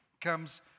comes